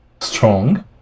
strong